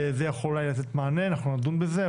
זה יכול אולי לתת מענה, אנחנו נדון בזה.